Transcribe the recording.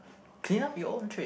clean up your own tray